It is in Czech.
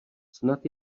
snad